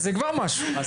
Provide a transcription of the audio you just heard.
זה כבר משהו.